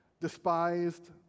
despised